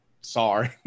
Sorry